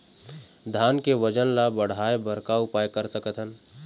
धान के वजन ला बढ़ाएं बर का उपाय कर सकथन?